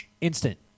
instant